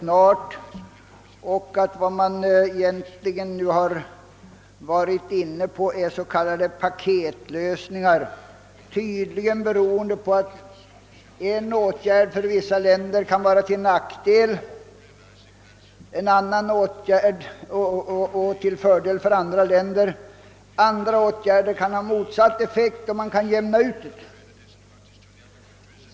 Man har diskuterat s.k. paketlösningar, tydligen beroende på att en åtgärd kan vara till nackdel för vissa länder och till fördel för andra och vice versa. Detta kan man jämna ut.